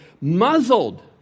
muzzled